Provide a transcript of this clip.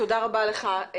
תודה רבה לך.